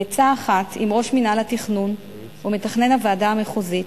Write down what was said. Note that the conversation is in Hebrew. בעצה אחת עם ראש מינהל התכנון ומתכנן הוועדה המחוזית,